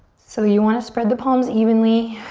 so you wanna spread the palms evenly,